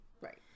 Right